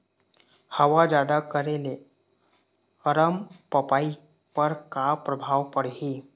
हवा जादा करे ले अरमपपई पर का परभाव पड़िही?